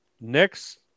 Next